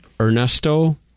Ernesto